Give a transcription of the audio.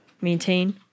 maintain